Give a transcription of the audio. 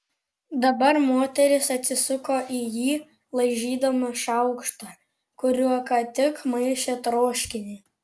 dabar moteris atsisuko į jį laižydama šaukštą kuriuo ką tik maišė troškinį